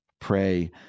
pray